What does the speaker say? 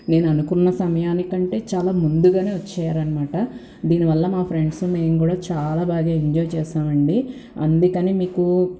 నేననుకున్న సమయానికంటే చాలా ముందుగానే వచ్చేయారనమాట దీని వల్ల మా ఫ్రెండ్సు మేము కూడ చాలా ఎంజాయ్ చేశామండి అందుకని మీకు